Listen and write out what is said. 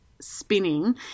spinning